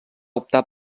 optar